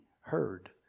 heard